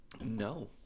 No